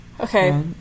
Okay